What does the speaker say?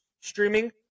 streaming